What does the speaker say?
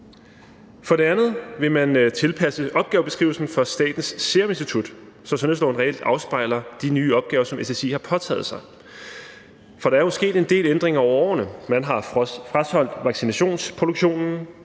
For det andet vil man tilpasse opgavebeskrivelsen for Statens Serum Institut, så sundhedsloven reelt afspejler de nye opgaver, som SSI har påtaget sig. For der er jo sket en del ændringer over årene. Man har frasolgt vaccineproduktionen,